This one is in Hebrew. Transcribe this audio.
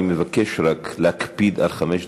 אני רק מבקש להקפיד על חמש דקות.